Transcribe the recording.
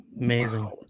Amazing